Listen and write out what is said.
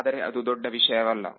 ಆದರೆ ಅದು ದೊಡ್ಡ ವಿಷಯವಲ್ಲ